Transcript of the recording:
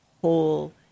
whole